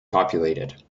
populated